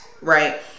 right